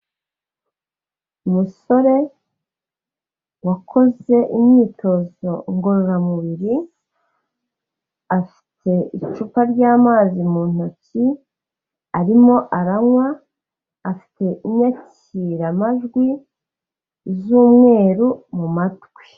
Umusore wakoze imyitozo ngororamubiri, afite icupa ryamazi mu ntoki arimo aranywa, afite inyakiramajwi z'umweru mu matwi.